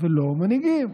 ולא מנהיגים.